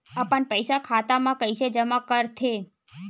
अपन पईसा खाता मा कइसे जमा कर थे?